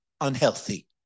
unhealthy